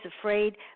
afraid